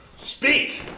Speak